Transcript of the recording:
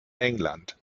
england